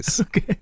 okay